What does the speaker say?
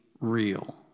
real